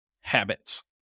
habits